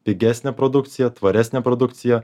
pigesnę produkciją tvaresnę produkciją